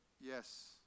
yes